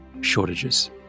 Shortages